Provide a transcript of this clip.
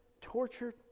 tortured